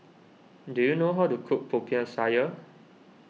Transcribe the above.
do you know how to cook Popiah Sayur